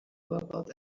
about